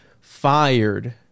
fired